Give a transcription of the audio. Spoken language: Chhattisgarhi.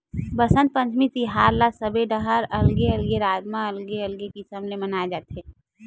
बसंत पंचमी तिहार ल सबे डहर अलगे अलगे राज म अलगे अलगे किसम ले मनाए जाथे